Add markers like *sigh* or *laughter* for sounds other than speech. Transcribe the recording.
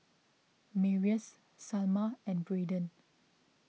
Marius Salma and Braiden *noise*